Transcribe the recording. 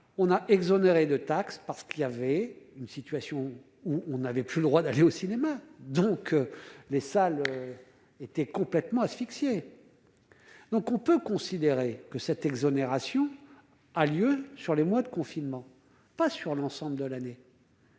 On a exonéré de taxe parce qu'il y avait une situation où on n'avait plus le droit d'aller au cinéma, donc les salles étaient complètement asphyxiés donc on peut considérer que cette exonération a lieu sur les mois de confinement, pas sur l'ensemble de l'année.